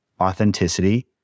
authenticity